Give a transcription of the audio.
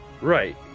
Right